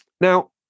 now